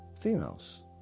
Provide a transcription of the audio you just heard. Females